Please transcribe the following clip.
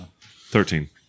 Thirteen